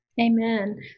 Amen